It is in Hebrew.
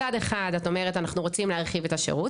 מצד אחד את אומרת שאנחנו רוצים להרחיב את השירות,